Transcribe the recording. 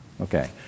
okay